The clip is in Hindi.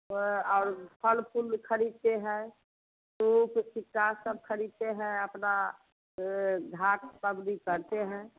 हाँ और फल फूल ख़रीदते हैं सूप सब ख़रीदते हैं अपना घाट पर भी करते है